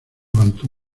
levantó